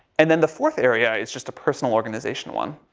and then the fourth area is just a personal organization one.